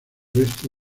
resto